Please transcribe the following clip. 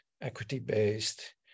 equity-based